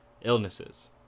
illnesses